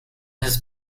his